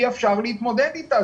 אי אפשר להתמודד עם הביורוקרטיה.